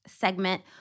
segment—